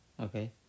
Okay